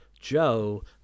Joe